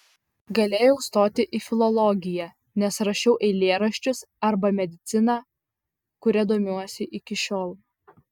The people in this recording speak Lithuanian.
galėjau stoti į filologiją nes rašiau eilėraščius arba mediciną kuria domiuosi iki šiol